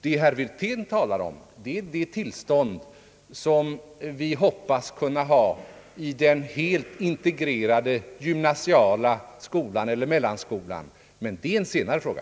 Det herr Wirtén talar om är det tillstånd som vi hoppas kunna åstadkomma i den helt integrerade gymnasiala skolan eller mellanskolan, men det är en senare fråga.